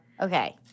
Okay